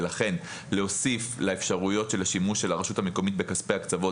ולכן להוסיף לאפשרויות של השימוש של הרשות המקומית בכספי הקצוות,